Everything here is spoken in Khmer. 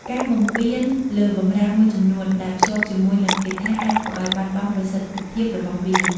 ការបំពានលើបម្រាមមួយចំនួនដែលភ្ជាប់ជាមួយនឹងគាថាអាចធ្វើឱ្យបាត់បង់ប្រសិទ្ធភាពរបស់វា។